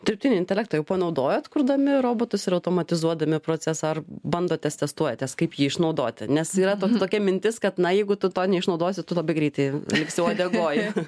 dirbtinį intelektą jau panaudojot kurdami robotus ir automatizuodami procesą ar bandotės testuojatės kaip jį išnaudoti nes yra tok tokia mintis kad na jeigu tu to neišnaudosi tu labai greitai liksi uodegoj